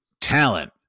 talent